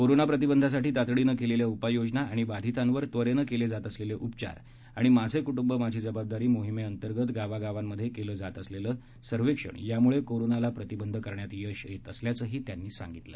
कोरोनाप्रतिबंधासाठी तातडीनं केलेल्या उपाययोजना आणि बाधितांवर त्वरेनं केले जात असलेले उपचार आणि माझे कुटुंब माझी जबाबदारी मोहीमेअंतर्गत गावागावांमधे केलं जात असलेलं संरक्षण यामुळे कोरोनाला प्रतिबंध करण्यात यश येत असल्याचंही त्यांनी सांगितलं